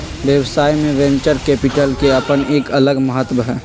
व्यवसाय में venture capital के अपन एक अलग महत्व हई